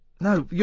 No